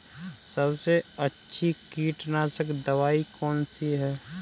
सबसे अच्छी कीटनाशक दवाई कौन सी है?